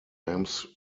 aims